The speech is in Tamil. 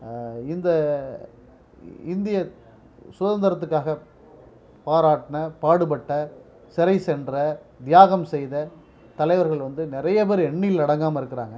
இந்த இந்திய சுதந்திரத்துக்காக பாராட்டின பாடுப்பட்ட சிறை சென்ற தியாகம் செய்த தலைவர்கள் வந்து நிறையப் பேர் எண்ணில் அடங்காமல் இருக்கிறாங்க